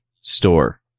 store